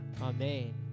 Amen